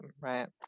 right